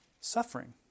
suffering